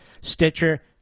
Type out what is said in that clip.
Stitcher